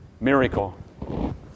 Miracle